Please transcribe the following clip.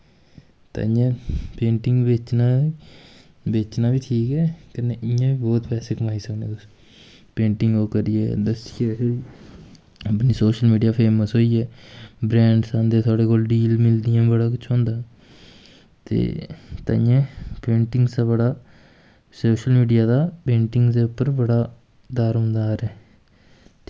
ते इ'यां पेंटिंग बेचना बेचना बी ठीक ऐ कन्नै इ'यां बी पैसे कमाई सकनें तुस पेंटिंग ओह् करियै दस्सियै अपने सोशल मीडिया फेमस होई गे ब्रैंड्स आंदे थुआढ़े कोल डील मिलदियां बड़ा कुछ होंदा ते ताइयें पेंटिंग्स दा बड़ा सोशल मीडिया दा पेंटिंग्स दे उप्पर बड़ा दारोमदार ऐ